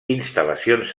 instal·lacions